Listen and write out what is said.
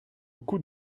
coût